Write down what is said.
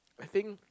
I think